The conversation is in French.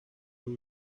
vous